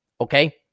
Okay